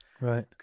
Right